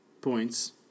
points